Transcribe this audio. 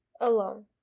alone